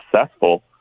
successful